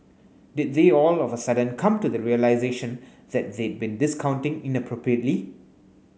did they all of a sudden come to the realisation that they'd been discounting inappropriately